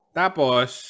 tapos